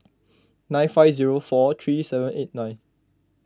nine five zero four three seven eight nine